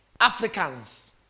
Africans